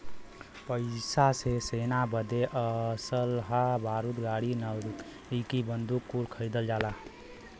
पइसा से सेना बदे असलहा बारूद गाड़ी नईकी बंदूक कुल खरीदल जाला